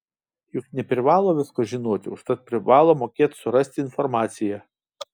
juk neprivalo visko žinoti užtat privalo mokėt surasti informaciją